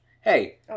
Hey